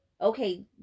okay